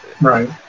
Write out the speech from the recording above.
Right